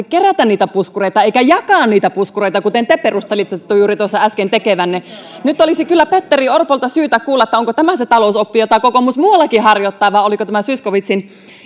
kerätä niitä puskureita eikä jakaa niitä puskureita kuten te perustelitte juuri tuossa äsken tekevänne nyt olisi kyllä petteri orpolta syytä kuulla onko tämä se talousoppi jota kokoomus muuallakin harjoittaa vai oliko tämä zyskowiczin